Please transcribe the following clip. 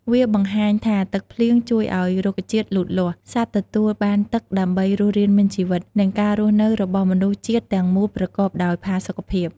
វាបង្ហាញថាទឹកភ្លៀងជួយឲ្យរុក្ខជាតិលូតលាស់ សត្វទទួលបានទឹកដើម្បីរស់រានមានជីវិត និងការរស់នៅរបស់មនុស្សជាតិទាំងមូលប្រកបដោយផាសុកភាព។